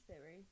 theory